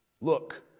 look